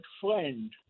friend